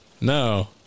No